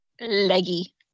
Leggy